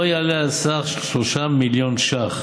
לא יעלה על סך של 3 מיליון ש"ח,